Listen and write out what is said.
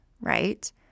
right